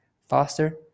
faster